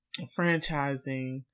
franchising